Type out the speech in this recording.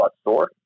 store